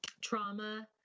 trauma